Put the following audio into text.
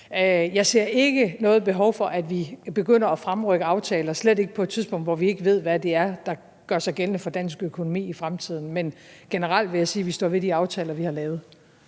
Jeg ser ikke noget behov for, at vi begynder at fremrykke aftaler, og slet ikke på et tidspunkt, hvor vi ikke ved, hvad det er, der gør sig gældende for dansk økonomi i fremtiden. Men generelt vil jeg sige, at vi står ved de aftaler, vi har lavet.